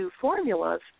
formulas